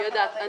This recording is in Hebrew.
אני יודעת.